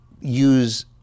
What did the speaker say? use